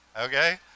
okay